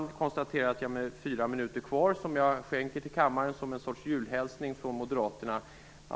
Jag konstaterar att jag har fyra minuter kvar av min taletid, som jag skänker till kammaren som ett slags julhälsning från moderaterna.